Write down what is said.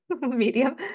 medium